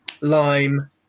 lime